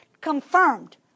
confirmed